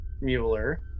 Mueller